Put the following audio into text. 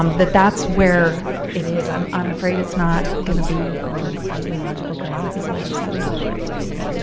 um but that's where it is. i'm i'm afraid it's not going to be on ideological grounds as much as i'd love for it to be.